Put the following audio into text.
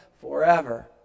forever